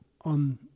on